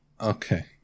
Okay